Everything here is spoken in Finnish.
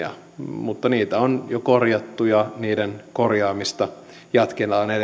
mutta niitä on jo korjattu ja niiden korjaamista jatketaan edelleen ja